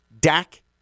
Dak